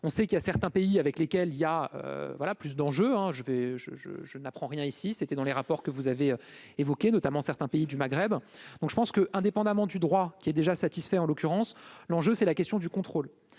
on sait qu'il y a certains pays avec lesquels il y a, voilà plus d'enjeu, hein, je vais je je je n'apprends rien ici, c'était dans les rapports que vous avez évoquées notamment certains pays du Maghreb, donc je pense que, indépendamment du droit qui est déjà satisfait, en l'occurrence l'enjeu, c'est la question du contrôle,